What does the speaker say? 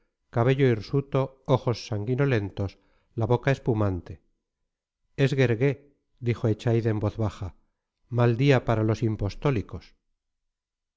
cabello hirsuto ojos sanguinolentos la boca espumante es guergué dijo echaide en voz baja mal día para los impostólicos